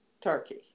turkey